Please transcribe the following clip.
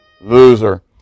Loser